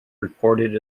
recorded